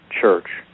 church